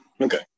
Okay